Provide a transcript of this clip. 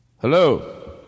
Hello